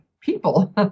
people